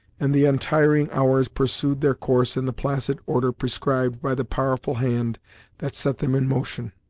and the untiring hours pursued their course in the placid order prescribed by the powerful hand that set them in motion.